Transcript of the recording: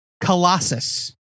Colossus